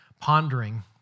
pondering